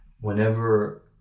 Whenever